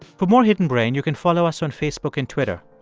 for more hidden brain, you can follow us on facebook and twitter.